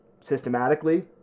systematically